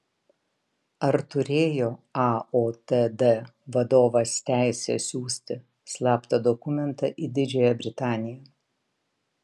ar turėjo aotd vadovas teisę siųsti slaptą dokumentą į didžiąją britaniją